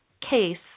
case